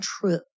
true